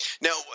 Now